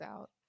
out